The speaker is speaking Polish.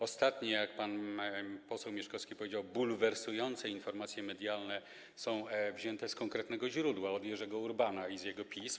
Ostatnie, jak pan poseł Mieszkowski powiedział, bulwersujące informacje medialne są wzięte z konkretnego źródła - od Jerzego Urbana, z jego pism.